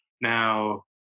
Now